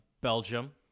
Belgium